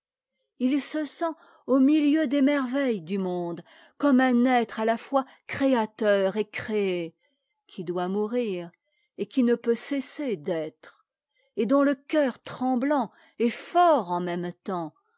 h se sent au milieu des merveilles du monde comme un être a la fois créateur et créé qui doit mourir et qui ne peut cesser d'être et dont le cœur trembfant et fort en même temps